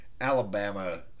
Alabama